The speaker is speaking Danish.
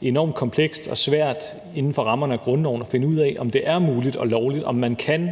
det jo enormt komplekst og svært inden for rammerne af grundloven at finde ud af, om det er muligt og lovligt, og om man kan